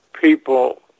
people